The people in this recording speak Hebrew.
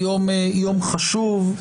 יום חשוב.